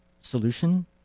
solution